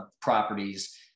properties